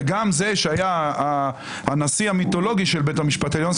וגם זה שהיה הנשיא המיתולוגי של בית המשפט העליון,